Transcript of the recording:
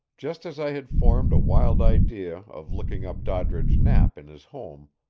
just as i had formed a wild idea of looking up doddridge knapp in his home,